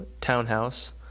townhouse